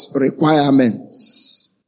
requirements